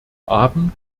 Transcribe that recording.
abend